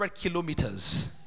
kilometers